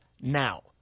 now